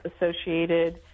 associated